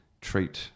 treat